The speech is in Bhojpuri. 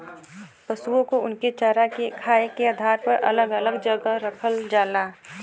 पसुओ को उनके चारा खाए के आधार पर अलग अलग जगह रखल जाला